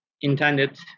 intended